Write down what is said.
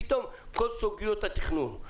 פתאום כל סוגיות התכנון,